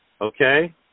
okay